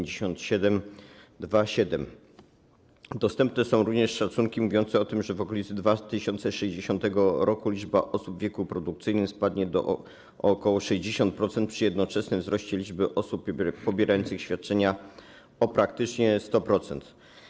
Dostępne są również szacunki mówiące o tym, że ok. 2060 r. liczba osób w wieku produkcyjnym spadnie o ok. 60% przy jednoczesnym wzroście liczby osób pobierających świadczenia o praktycznie 100%.